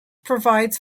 provides